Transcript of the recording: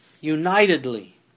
Unitedly